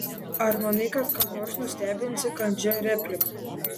ar manai kad ką nors nustebinsi kandžia replika